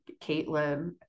Caitlin